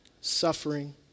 suffering